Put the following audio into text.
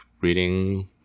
reading